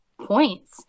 points